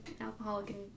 alcoholic